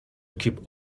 keep